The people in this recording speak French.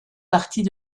partie